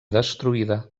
destruïda